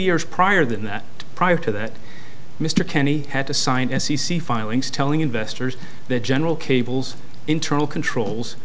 years prior than that prior to that mr kenny had to sign as c c filings telling investors that general cables internal controls